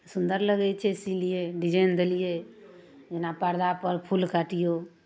सुन्दर लगै छै सिलियै डिजाइन देलियै जेना परदापर फूल काटिऔ